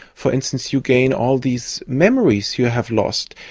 for instance, you gain all these memories you have lost,